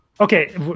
Okay